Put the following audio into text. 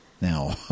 now